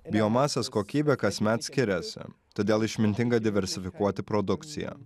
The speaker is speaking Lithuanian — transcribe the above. biomasės kokybė kasmet skiriasi todėl išmintinga diversifikuoti produkciją